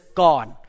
gone